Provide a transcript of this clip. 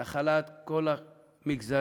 נחלת כל המגזרים,